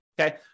okay